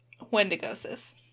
Wendigosis